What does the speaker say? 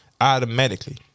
Automatically